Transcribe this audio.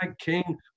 king